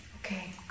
Okay